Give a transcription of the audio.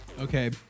Okay